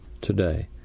today